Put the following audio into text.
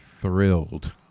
thrilled